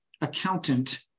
accountant